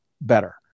better